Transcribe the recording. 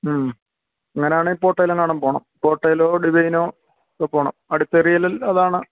മ്മ് അങ്ങനാണേ പോട്ടയിലെങ്ങാനും പോവണം പോട്ടയിലോ ഡിവൈനോ ഒക്കെ പോവണം അടുത്ത ഏരിയകളിൽ അതാണ്